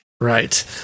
Right